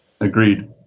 Agreed